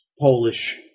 Polish